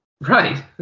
Right